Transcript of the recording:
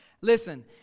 Listen